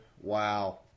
wow